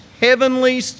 heavenly